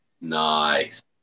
Nice